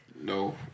No